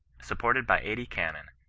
supported by eighty cannon,